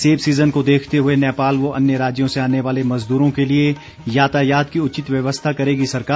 सेब सीजन को देखते हए नेपाल व अन्य राज्यों से आने वाले मजदूरों के लिए यातायात की उचित व्यवस्था करेगी सरकार